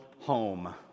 home